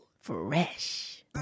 fresh